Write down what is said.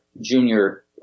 junior